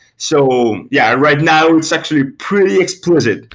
so yeah, right now it's actually pretty explicit.